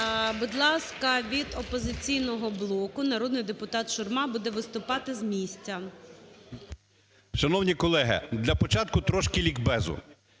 Будь ласка, від "Опозиційного блоку" народний депутат Шурма буде виступати з місця. 11:44:25 ШУРМА І.М. Шановні колеги, для початку трошки лікбезу.